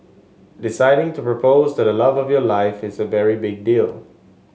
deciding to propose to the love of your life is a very big deal